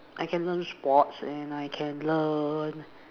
I can learn sports and I can learn